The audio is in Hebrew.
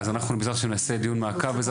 אז אנחנו נעשה דיון מעקב.